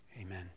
Amen